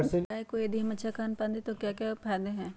गाय को यदि हम अच्छा खानपान दें तो क्या फायदे हैं?